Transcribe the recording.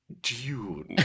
Dune